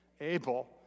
Abel